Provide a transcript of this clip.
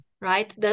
right